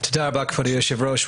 תודה רבה כבוד יושב ראש.